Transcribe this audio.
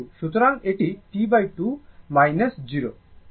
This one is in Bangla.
সুতরাং এটি T2 মাইনাস 0